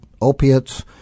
opiates